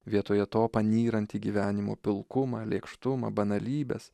vietoje to panyrant į gyvenimo pilkumą lėkštumą banalybes